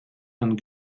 and